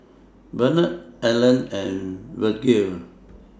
Benard Allen and Virgle